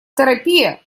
терапия